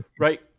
Right